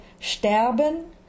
sterben